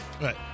Right